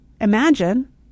imagine